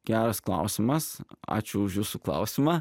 geras klausimas ačiū už jūsų klausimą